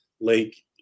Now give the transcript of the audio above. lake